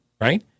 right